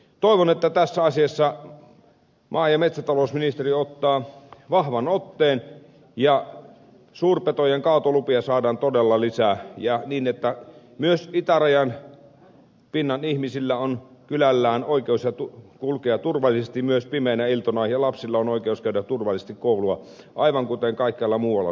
toivon että tässä asiassa maa ja metsätalousministeriö ottaa vahvan otteen ja suurpetojen kaatolupia saadaan todella lisää ja niin että myös itärajan pinnan ihmisillä on kylällään oikeus kulkea turvallisesti myös pimeinä iltoina ja lapsilla on oikeus käydä turvallisesti koulua aivan kuten kaikkialla muualla suomessakin